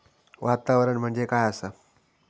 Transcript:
वातावरण म्हणजे काय आसा?